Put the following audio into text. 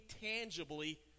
tangibly